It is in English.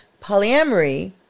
Polyamory